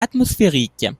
atmosphériques